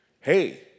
Hey